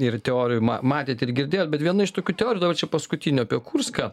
ir teorijų ma matėt ir girdėjote bet viena iš tokių teorijų dabar čia paskutinių apie kurską